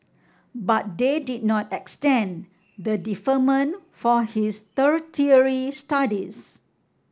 but they did not extend the deferment for his tertiary studies